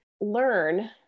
learn